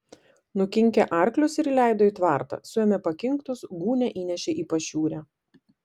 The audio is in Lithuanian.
nukinkė arklius ir įleido į tvartą suėmė pakinktus gūnią įnešė į pašiūrę